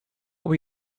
were